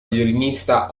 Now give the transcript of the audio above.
violinista